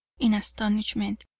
in astonishment.